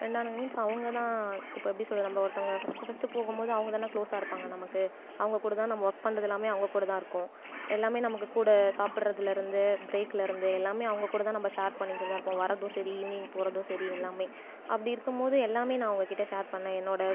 ஃப்ரெண்டானாங்க means அவங்க தான் இப்போ எப்படி சொல்கிறது நம்ம ஒருத்தவங்கள் ஃபஸ்ட் ஃபஸ்ட்டு போகும்போது அவங்க தான க்ளோஸா இருப்பாங்கள் நமக்கு அவங்க கூட தான் நம்ம ஒர்க் பண்ணுறது எல்லாமே அவங்க கூட தான் இருக்கும் எல்லாமே நமக்கு கூட சாப்பிட்றதுலருந்து ப்ரேக்லருந்து எல்லாமே அவங்க கூட தான் நம்ம ஷேர் பண்ணிக்கிறதாருப்போம் வரதும் சரி ஈவினிங் போறதும் சரி எல்லாமே அப்படி இருக்கும்போது எல்லாமே நான் அவங்க கிட்ட ஷேர் பண்ண என்னோடய